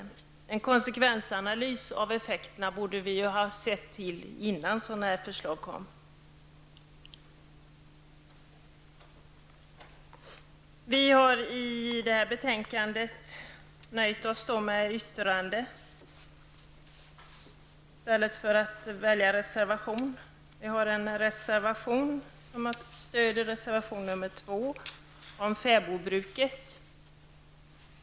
En konsekvensanalys av effekterna borde vi ha sett till innan sådana här förslag kom. Vi har i det här betänkandet i allmänhet nöjt oss med att avge särskilda yttranden, men vi har en reservation, nr 2, om fäbodbruket.